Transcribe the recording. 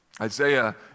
Isaiah